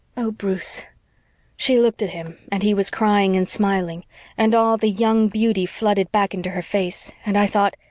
oh, bruce she looked at him and he was crying and smiling and all the young beauty flooded back into her face, and i thought,